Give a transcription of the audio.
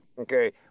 Okay